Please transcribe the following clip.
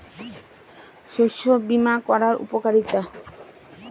শস্য বিমা করার উপকারীতা?